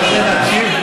אתה רוצה להקשיב?